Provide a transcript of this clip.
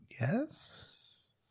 Yes